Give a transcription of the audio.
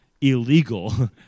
illegal